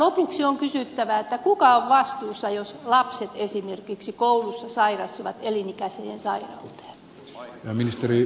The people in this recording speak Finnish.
lopuksi on kysyttävä kuka on vastuussa jos lapset esimerkiksi koulussa sairastuvat elinikäiseen sairauteen